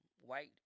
white